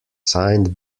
signed